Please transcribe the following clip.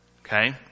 Okay